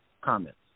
Comments